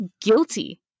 guilty